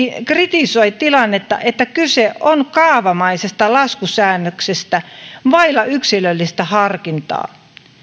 kritisoi tilannetta että kyse on kaavamaisesta laskusäännöksestä vailla yksilöllistä harkintaa